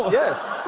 yes.